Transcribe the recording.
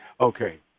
Okay